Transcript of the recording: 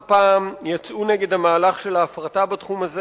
פעם יצאו נגד המהלך של הפרטה בתחום הזה.